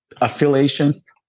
affiliations